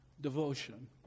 devotion